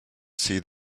see